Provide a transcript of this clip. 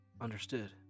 Understood